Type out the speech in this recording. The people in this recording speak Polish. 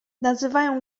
nazywają